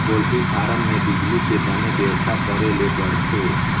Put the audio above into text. poultry farm में बिजली के बने बेवस्था करे ले परथे